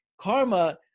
karma